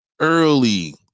early